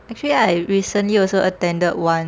actually I recently also attended one